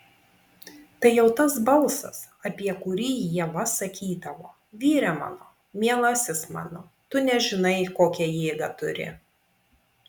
tai jau tas balsas apie kurį ieva sakydavo vyre mano mielasis mano tu nežinai kokią jėgą turi